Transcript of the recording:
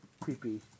creepy